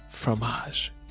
fromage